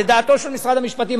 לדעתו של משרד המשפטים.